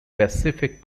pacific